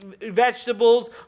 vegetables